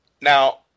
Now